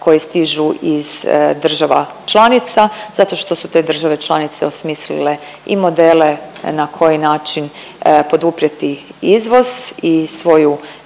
koje stižu iz država članica zato što su te države članice osmislile i modele na koji način poduprijeti izvoz i svoju